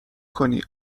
کنی